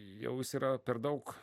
jau jis yra per daug